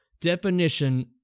definition